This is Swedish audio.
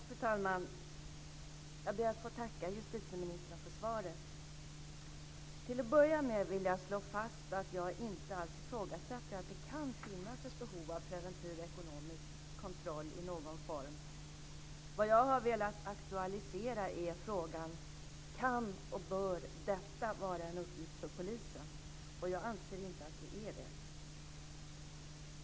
Fru talman! Jag ber att få tacka justitieministern för svaret. Till att börja med vill jag slå fast att jag inte alls ifrågasätter att det kan finnas ett behov av preventiv ekonomisk kontroll i någon form, utan vad jag har velat aktualisera är frågan: Kan och bör detta vara en uppgift för polisen? Jag anser inte att det är det.